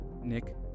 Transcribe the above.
Nick